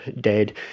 dead